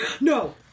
No